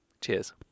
cheers